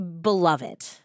beloved